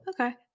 Okay